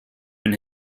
been